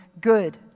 good